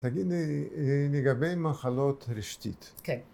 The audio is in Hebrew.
‫תגיד לי, לגבי מחלות רשתית. ‫-כן.